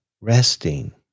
Resting